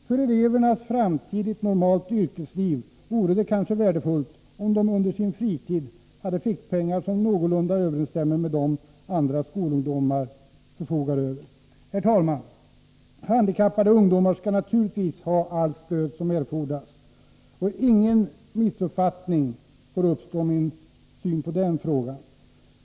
För elevernas framtid i ett normalt yrkesliv vore det kanske värdefullt, om de under sin fritid hade fickpengar som någorlunda överensstämmer med de medel som andra skolungdomar förfogar över. Herr talman! Handikappade ungdomar skall naturligtvis ha allt stöd som erfordras, och inga missuppfattningar får uppstå om min syn på denna fråga.